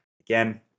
again